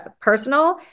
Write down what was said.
personal